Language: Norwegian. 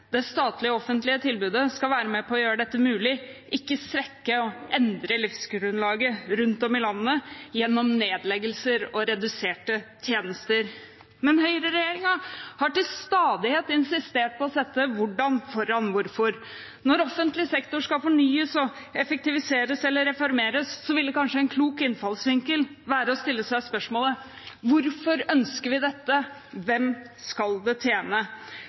Det statlige og offentlige tilbudet skal være med på å gjøre dette mulig, ikke svekke og endre livsgrunnlaget rundt om i landet gjennom nedleggelser og reduserte tjenester. Men høyreregjeringen har til stadighet insistert på å sette hvordan foran hvorfor. Når offentlig sektor skal fornyes og effektiviseres eller reformeres, ville kanskje en klok innfallsvinkel være å stille seg spørsmålet: Hvorfor ønsker vi dette? Hvem skal det tjene?